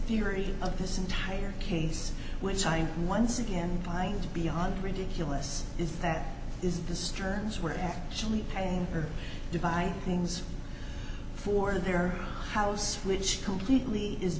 theory of this entire case which i'm once again by beyond ridiculous is that is the sterns were actually paying for divide things for their house which completely is